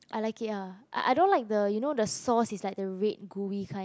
I like it ah I I don't like the you know the sauce is like the red gooey kind